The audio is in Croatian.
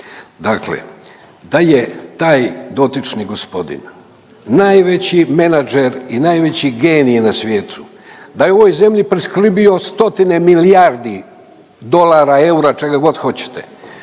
Dakle da je taj dotični gospodin najveći menadžer i najveći genije na svijetu, da je ovoj zemlji priskrbio stotine milijardi dolara, eura, čega god hoćete,